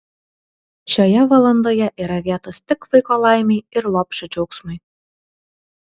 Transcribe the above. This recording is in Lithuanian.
šioje valandoje yra vietos tik vaiko laimei ir lopšio džiaugsmui